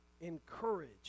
Encourage